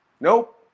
Nope